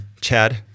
Chad